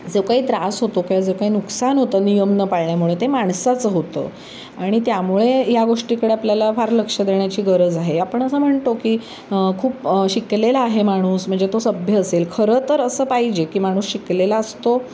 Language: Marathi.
जो काही त्रास होतो किंवा जो काही नुकसान होतं नियम न पाळल्यामुळे ते माणसाचं होतं आणि त्यामुळे या गोष्टीकडे आपल्याला फार लक्ष देण्याची गरज आहे आपण असं म्हणतो की खूप शिकलेला आहे माणूस म्हणजे तो सभ्य असेल खरंतर असं पाहिजे की माणूस शिकलेला असतो